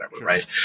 right